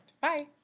Bye